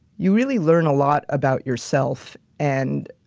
you really learn a lot about yourself, and,